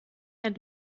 ein